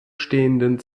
stehenden